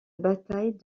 bataille